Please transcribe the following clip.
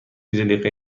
جلیقه